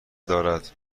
دارد